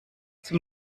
zum